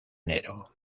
enero